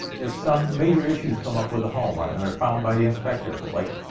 if some major issues come up with a home ah and they're found by the inspector like,